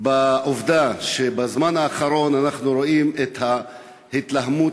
בעובדה שבזמן האחרון אנחנו רואים את ההתלהמות